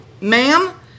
ma'am